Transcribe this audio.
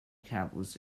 capitalist